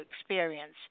experience